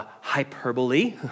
hyperbole